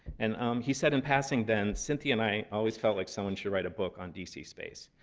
and um he said in passing then, cynthia and i always felt like someone should write a book on d c. space.